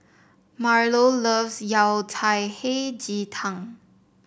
Marlo loves Yao Cai Hei Ji Tang